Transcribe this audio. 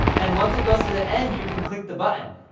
and once it goes to the end, you can click the button.